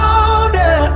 older